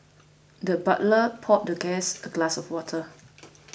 the butler poured the guest a glass of water